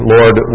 Lord